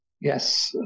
yes